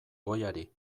goiari